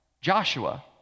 Joshua